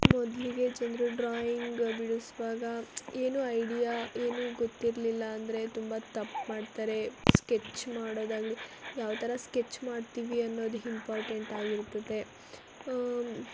ಮೊದಲಿಗೆ ಜನರು ಡ್ರಾಯಿಂಗ್ ಬಿಡಿಸುವಾಗ ಏನೂ ಐಡಿಯಾ ಏನೂ ಗೊತ್ತಿರಲಿಲ್ಲ ಅಂದರೆ ತುಂಬ ತಪ್ಪು ಮಾಡ್ತಾರೆ ಸ್ಕೆಚ್ ಮಾಡೋದಾಗಲಿ ಯಾವ ಥರ ಸ್ಕೆಚ್ ಮಾಡ್ತೀವಿ ಅನ್ನೋದು ಹಿಂಪಾರ್ಟೆಂಟ್ ಆಗಿರುತ್ತದೆ